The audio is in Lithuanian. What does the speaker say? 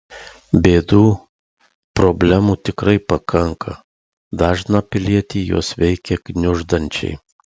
bėdų problemų tikrai pakanka dažną pilietį jos veikia gniuždančiai